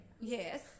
Yes